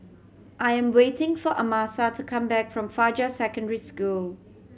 I am waiting for Amasa to come back from Fajar Secondary School